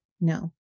No